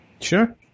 Sure